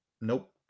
Nope